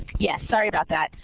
yeah. sorry about that.